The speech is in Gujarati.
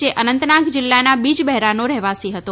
જે અનંતનાગ જીલ્લાના બીજબેરાનો રહેવાસી હતો